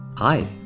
Hi